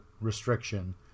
restriction